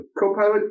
Copilot